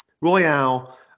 Royale